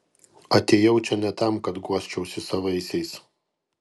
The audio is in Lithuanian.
atėjau čia ne tam kad guosčiausi savaisiais